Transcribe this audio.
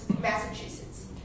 Massachusetts